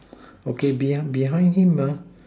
okay behind behind him